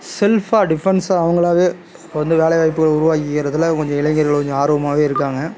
செல்ஃபாக டிஃபென்ஸாகஅவங்களாவே வந்து வேலை வாய்ப்புகள் உருவாக்கிக்கிறதில் கொஞ்சம் இளைஞர்கள் கொஞ்சம் ஆர்வமாவே இருக்காங்க